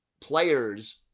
players